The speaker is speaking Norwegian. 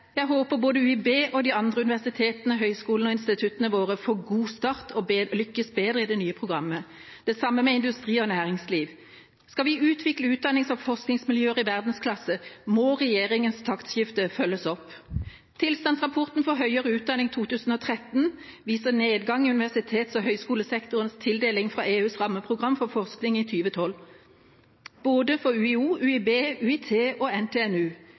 de andre universitetene, høgskolene og forskningsinstituttene våre får en god start og lykkes bedre i det nye programmet. Det samme gjelder for industrien og næringslivet. Dersom vi skal utvikle utdannings- og forskningsmiljøer i verdensklasse, må regjeringas taktskifte følges opp. Tilstandsrapporten Høyere utdanning 2013 viser nedgang i universitets- og høgskolesektorens tildeling fra EUs rammeprogram for forskning i 2012 til UIO, UIB, UIT og NTNU.